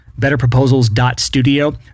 betterproposals.studio